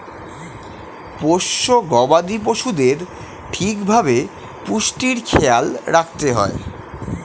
পোষ্য গবাদি পশুদের ঠিক ভাবে পুষ্টির খেয়াল রাখতে হয়